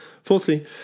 Fourthly